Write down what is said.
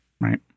Right